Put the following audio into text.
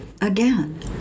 again